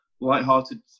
lighthearted